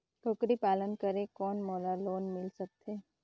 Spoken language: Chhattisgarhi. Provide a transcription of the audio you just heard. कूकरी पालन करे कौन मोला लोन मिल सकथे?